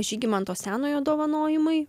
žygimanto senojo dovanojimai